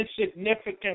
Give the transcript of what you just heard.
insignificant